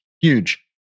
huge